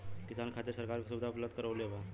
किसान के खातिर सरकार का सुविधा उपलब्ध करवले बा?